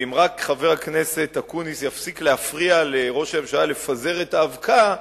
ואם רק חבר הכנסת אקוניס יפסיק להפריע לראש הממשלה לפזר את האבקה,